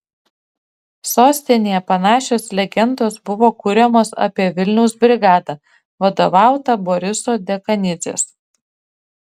sostinėje panašios legendos buvo kuriamos apie vilniaus brigadą vadovautą boriso dekanidzės